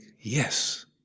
yes